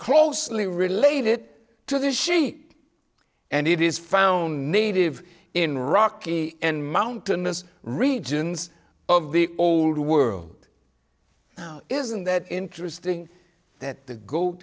closely related to the she and it is found native in rocky and mountainous regions of the old world isn't that interesting that the goat